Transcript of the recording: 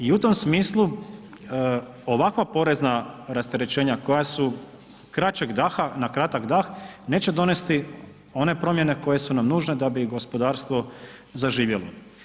I u tom smislu ovakva porezna rasterećenja koja su kraćeg daha, na kratak dah neće donesti one promjene koje su nam nužne da bi gospodarstvo zaživjelo.